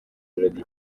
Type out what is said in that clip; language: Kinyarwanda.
melody